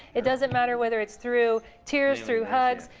it doesn't matter whether it's through tears, through hugs,